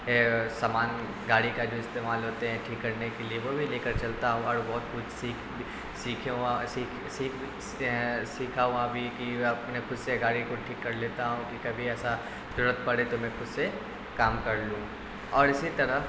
سامان گاڑی کا جو استعمال ہوتے ہیں ٹھیک کرنے کے لیے وہ بھی لے کر چلتا ہوں اور بہت کچھ سیکھ سیکھے ہوا سیکھ سیکھ سیکھا ہوا بھی کہ اپنے خود سے گاڑی کو ٹھیک کر لیتا ہوں کہ کبھی ایسا ضرورت پڑے تو میں خود سے کام کر لوں اور اسی طرح